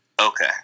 Okay